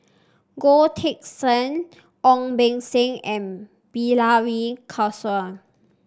Goh Teck Sian Ong Beng Seng and Bilahari Kausikan